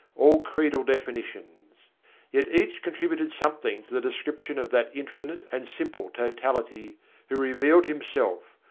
all credal definitions yet each contributed something to the description of that infinite and simple totality who revealed himself,